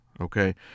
okay